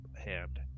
hand